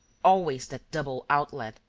always that double outlet,